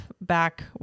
back